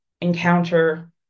encounter